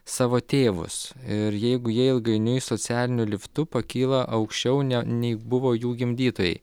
savo tėvus ir jeigu jie ilgainiui socialiniu liftu pakyla aukščiau ne nei buvo jų gimdytojai